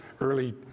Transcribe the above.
early